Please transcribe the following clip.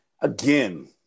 again